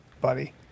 buddy